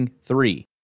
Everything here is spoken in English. three